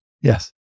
Yes